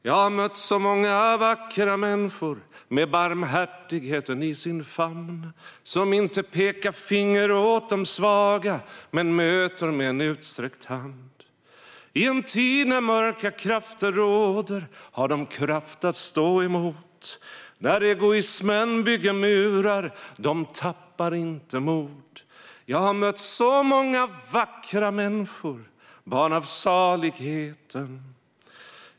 Jag har mött så många vackra mänskormed barmhärtigheten i sin famnsom inte pekar finger åt dom svagamen möter med en utsträckt hand.I en tid när mörka krafter råderhar dom kraft att stå emot. När egoismen bygger murardom tappar inte mod. Jag har mött så många vackra mänskorbarn av saligheten.